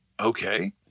okay